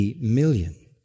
million